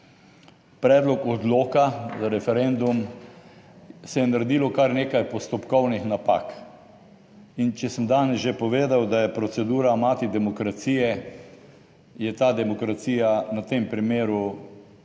predlog odloka za referendum, se je naredilo kar nekaj postopkovnih napak in če sem danes že povedal, da je procedura mati demokracije, je ta demokracija na tem primeru